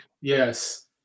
Yes